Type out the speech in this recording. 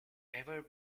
ever